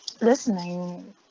listening